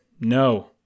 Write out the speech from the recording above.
no